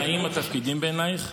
הנאים התפקידים בעיניך?